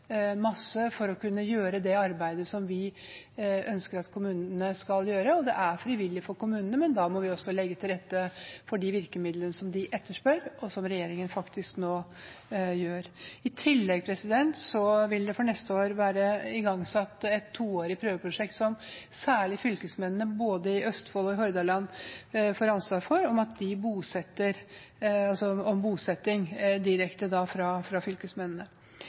masse for å kunne gjøre det arbeidet som vi ønsker at kommunene skal gjøre – og det er frivillig for kommunene, men da må vi også legge til rette for dem med virkemidlene som de etterspør, og som regjeringen nå faktisk kommer med. I tillegg vil det for neste år være igangsatt et toårig prøveprosjekt, som særlig fylkesmennene i både Østfold og Hordaland får ansvar for, om bosetting direkte fra fylkesmennene.